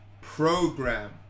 program